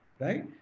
right